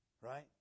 Right